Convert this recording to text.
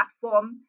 platform